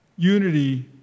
Unity